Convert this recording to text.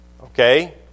Okay